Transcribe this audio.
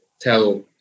tell